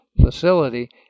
facility